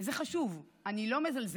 זה חשוב, אני לא מזלזלת,